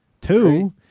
two